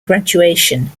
graduation